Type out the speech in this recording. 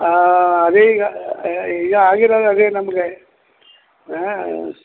ಹಾಂ ಅದೇ ಈಗ ಈಗ ಆಗಿರೋದು ಅದೇ ನಮಗೆ ಹಾಂ ಹಾಂ